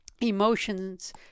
emotions